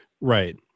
Right